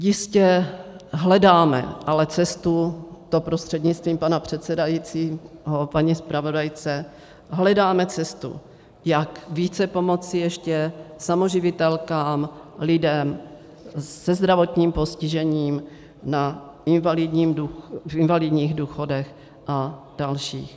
Jistě hledáme ale cestu, to prostřednictvím pana předsedajícího paní zpravodajce, hledáme cestu, jak více pomoci ještě samoživitelkám, lidem se zdravotním postižením, v invalidních důchodech a dalších.